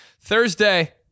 Thursday